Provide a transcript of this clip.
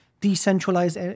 decentralized